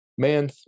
Man